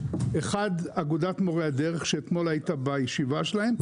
אחד אגודת מורי הדרך, שאתמול היית בישיבה שלהם.